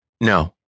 No